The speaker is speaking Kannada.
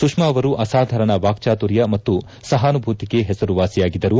ಸುಷ್ಮಾ ಅವರು ಅಸಾಧಾರಣ ವಾಕ್ವಾತುರ್ಯ ಮತ್ತು ಸಹಾನುಭೂತಿಗೆ ಹೆಸರುವಾಸಿಯಾಗಿದ್ದರು